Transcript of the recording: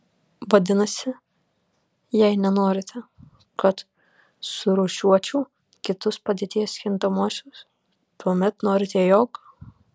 vadinasi jei nenorite kad surūšiuočiau kitus padėties kintamuosius tuomet norite jog